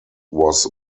was